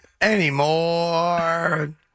anymore